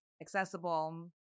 accessible